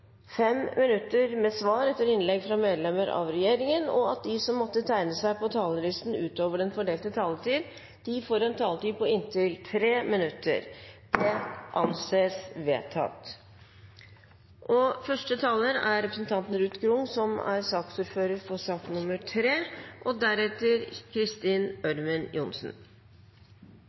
fem replikker med svar etter innlegg fra medlemmer av regjeringen, og at de som måtte tegne seg på talerlisten utover den fordelte taletid, får en taletid på inntil 3 minutter. – Det anses vedtatt. Komiteen har behandlet Dokument 8:8 S for